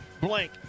Blank